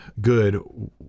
good